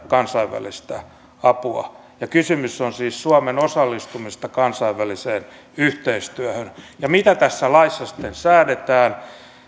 kansainvälistä apua ja kysymys on siis suomen osallistumisesta kansainväliseen yhteistyöhön mitä tässä laissa sitten säädetään